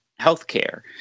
healthcare